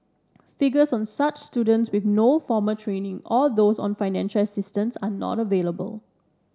figures on such students with no formal training or those on financial assistance are not available